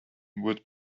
would